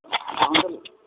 हँ बोलू